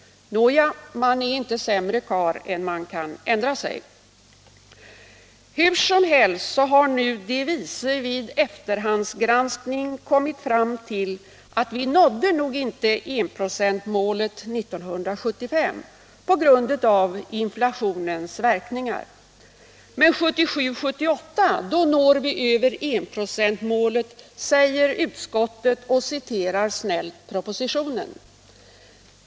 Nåja, man är inte sämre karl än att man kan ändra sig. Hur som helst så har nu de vise vid efterhandsgranskning kommit fram till att vi nådde nog inte enprocentsmålet 1975 på grund av inflationens verkningar. Men 1977/78 når vi över enprocentsmålet, säger utskottet och citerar snällt propositionen.